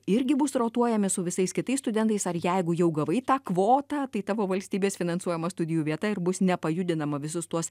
irgi bus rotuojami su visais kitais studentais ar jeigu jau gavai tą kvotą tai tavo valstybės finansuojama studijų vieta ir bus nepajudinama visus tuos